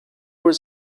was